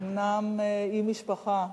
אומנם עם משפחה,